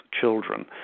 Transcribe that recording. children